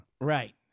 Right